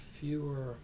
fewer